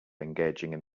engaging